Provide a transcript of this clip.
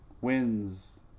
wins